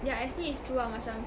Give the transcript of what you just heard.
yeah actually it's true ah macam